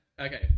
Okay